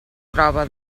troba